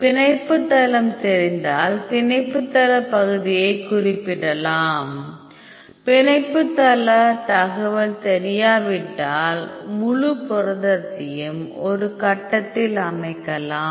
பிணைப்பு தளம் தெரிந்தால் பிணைப்பு தளப் பகுதியைக் குறிப்பிடலாம் பிணைப்பு தளத் தகவல் தெரியாவிட்டால் முழு புரதத்தையும் ஒரு கட்டத்தில் அமைக்கலாம்